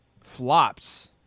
flops –